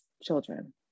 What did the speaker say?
children